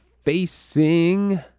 facing